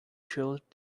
showed